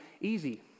easy